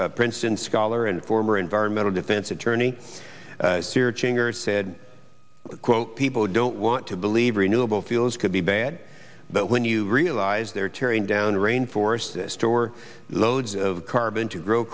and princeton scholar and former environmental defense attorney sera ching or said quote people don't want to believe renewable fuels could be bad but when you realize they're tearing down rain forests store loads of carbon to grow